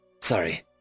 Sorry